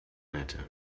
hätte